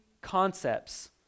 concepts